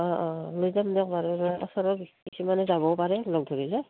অঁ অঁ লৈ যাম দিয়ক বাৰু ওচৰৰ কিছুমানে যাবও পাৰে লগ ধৰিলে